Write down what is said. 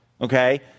okay